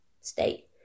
state